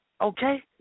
okay